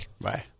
Bye